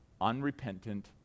unrepentant